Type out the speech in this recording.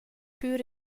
pür